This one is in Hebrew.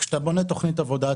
כשאתה בונה תכנית עבודה,